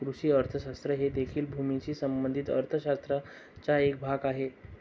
कृषी अर्थशास्त्र हे देखील भूमीशी संबंधित अर्थ शास्त्राचा एक भाग आहे